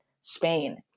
Spain